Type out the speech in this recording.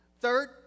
Third